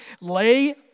Lay